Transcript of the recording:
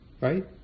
right